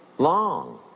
long